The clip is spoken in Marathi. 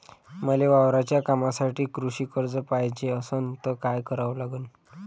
मले वावराच्या कामासाठी कृषी कर्ज पायजे असनं त काय कराव लागन?